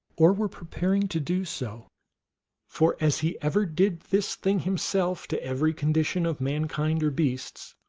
or were preparing to do so for as he ever did this thing himself to every condition of mankind or beasts,